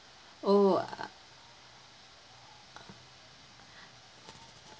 oh ah